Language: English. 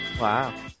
Wow